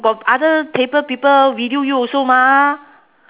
got other table people video you also mah